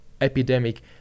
epidemic